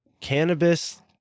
cannabis